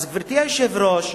גברתי היושבת-ראש,